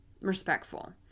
respectful